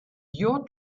your